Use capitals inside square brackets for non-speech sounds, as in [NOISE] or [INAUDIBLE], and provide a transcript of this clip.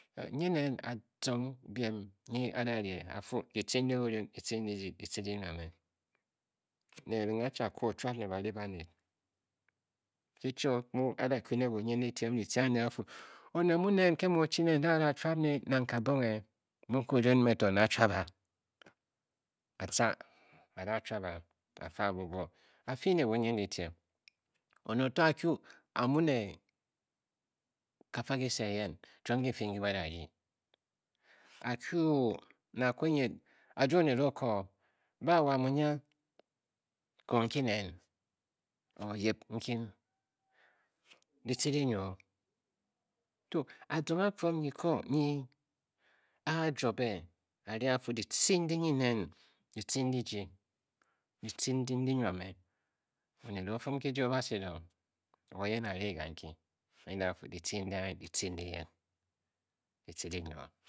Nyin nen azong biem nyi a da rii a fu, ditce ndi dirun, ditce ndi jyi ditce di nwa me, ne erenghe a chi a koo ochuab ne ba ri baned. Ki chio mu a da kyu ne banyindyitiem ditce andi a fu oned mun nen nke mu o-chi nen n-da dacbuab nang kabonghe, mung kirun me to n-da chuab a, a tca a da chuab, a, a fe a bubui, a fing ne bunyindyitiem, one o to n-kyu a-mu ne ka fa kise eyen, chiom ki fii nki ba da rdyi a kyui ne a kwu nyid, a juo oned o-koo, ba wo a mu nya? Ko nki nen or yip nkin ditce dinwa o [UNINTELLIGIBLE] azong akwob nyi ko nyi a a juobe, a ruu a fu ditce ndi nyin nen ditce ndi jyi, ditce di nwa me, oned o o fum kijii o ba sed o, wi yen a rii ganki a nyide a fu ditce ndi anyi ditce ndi yen ditce dinwa o